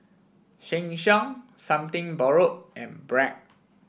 Sheng Siong Something Borrowed and Bragg